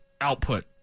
output